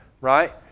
Right